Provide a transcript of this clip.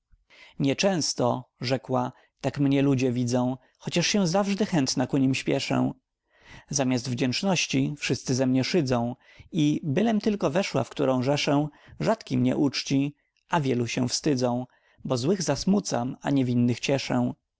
często rzekła tak mnie ludzie widzą chociaż się zawsze chętna ku nim śpieszę zamiast wdzięczności wszyscy ze mnie szydzą i bylem tylko weszła w którą rzeszę rzadki mnie uczci a wielu się wstydzą bo złych zasmucam a niewinnych cieszę